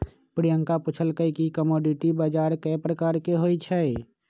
प्रियंका पूछलई कि कमोडीटी बजार कै परकार के होई छई?